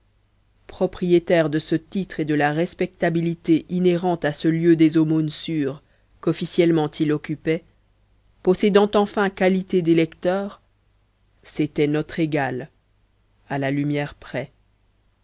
propriétaire de ce titre et de la respectabilité inhérente à ce lieu des aumônes sûres qu'officiellement il occupait possédant enfin qualité d'électeur c'était notre égal à la lumière près